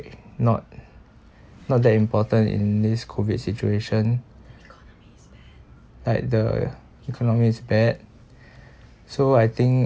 not not that important in this COVID situation like the economy is bad so I think